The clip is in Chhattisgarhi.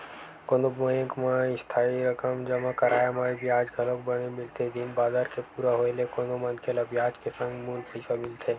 कोनो बेंक म इस्थाई रकम जमा कराय म बियाज घलोक बने मिलथे दिन बादर के पूरा होय ले कोनो मनखे ल बियाज के संग मूल पइसा मिलथे